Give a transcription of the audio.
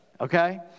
Okay